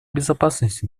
безопасности